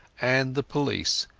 and the police,